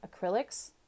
acrylics